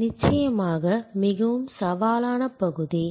நிச்சயமாக மிகவும் சவாலான பகுதி